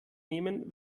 nehmen